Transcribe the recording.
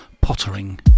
pottering